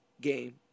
game